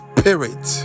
Spirit